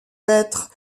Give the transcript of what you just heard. lettres